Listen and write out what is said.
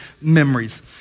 memories